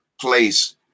place